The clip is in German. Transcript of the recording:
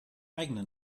eigene